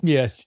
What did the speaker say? Yes